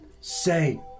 Say